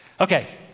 Okay